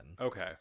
Okay